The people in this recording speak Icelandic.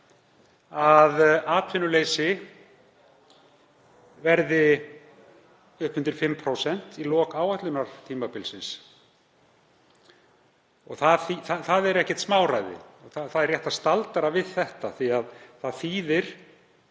að atvinnuleysi verði upp undir 5% í lok áætlunartímabilsins. Það er ekkert smáræði. Rétt er að staldra við þetta því að það þýðir